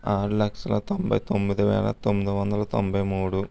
ఆరు లక్షల తొంబై తొమ్మిది వేల తొమ్మిది వందల తొంబై మూడు